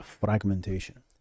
fragmentation